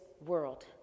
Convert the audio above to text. world